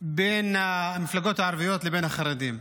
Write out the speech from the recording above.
בין המפלגות הערביות לבין החרדים.